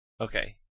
Okay